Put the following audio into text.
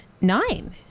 nine